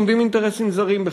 עומדים אינטרסים זרים בכלל.